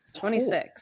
26